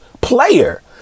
player